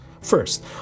first